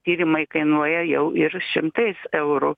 tyrimai kainuoja jau ir šimtais eurų